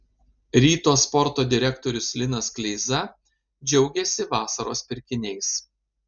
ryto sporto direktorius linas kleiza džiaugėsi vasaros pirkiniais